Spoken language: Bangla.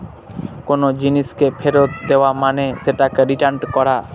কোনো জিনিসকে ফেরত দেওয়া মানে সেটাকে রিটার্ন করা